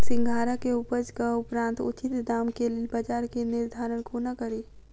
सिंघाड़ा केँ उपजक उपरांत उचित दाम केँ लेल बजार केँ निर्धारण कोना कड़ी?